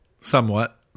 Somewhat